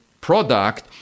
product